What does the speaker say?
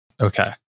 Okay